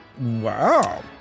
Wow